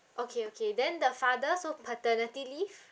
okay okay then the father so paternity leave